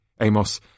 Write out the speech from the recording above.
Amos